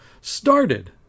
started